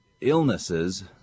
illnesses